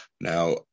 Now